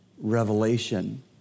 revelation